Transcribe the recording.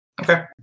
Okay